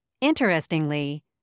Interestingly